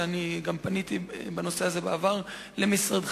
ואני גם פניתי בנושא הזה בעבר למשרדך,